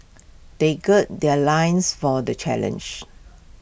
they gird their loins for the challenge